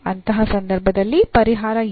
ಅಂತಹ ಸಂದರ್ಭದಲ್ಲಿ ಪರಿಹಾರ ಏನು